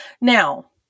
Now